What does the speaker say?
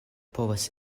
povas